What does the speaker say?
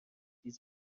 تیز